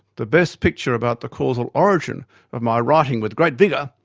the best picture about the causal origin of my writing with great vigour,